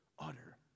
Utter